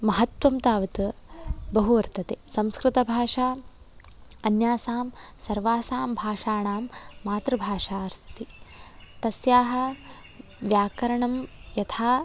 महत्त्वं तावत् बहु वर्तते संस्कृतभाषा अन्यासां सर्वासां भाषाणां मातृभाषा अस्ति तस्याः व्याकरणं यथा